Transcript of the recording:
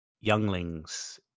younglings